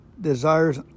desires